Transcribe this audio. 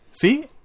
See